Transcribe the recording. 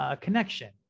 connection